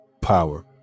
Power